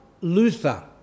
Luther